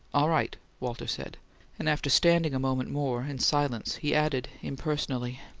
all right, walter said and after standing a moment more, in silence, he added, impersonally,